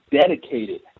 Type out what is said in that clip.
dedicated